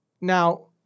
Now